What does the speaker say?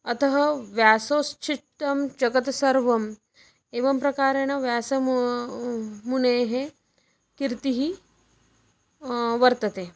अतः व्यासोच्छिष्टं जगत् सर्वम् एवं प्रकारेण व्यासमू मुनेः कीर्तिः वर्तते